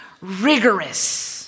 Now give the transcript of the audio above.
rigorous